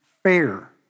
fair